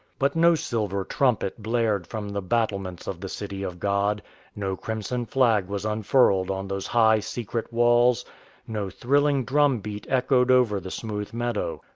but no silver trumpet blared from the battlements of the city of god no crimson flag was unfurled on those high, secret walls no thrilling drum-beat echoed over the smooth meadow.